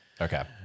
Okay